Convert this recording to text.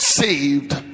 saved